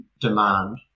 demand